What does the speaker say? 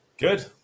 good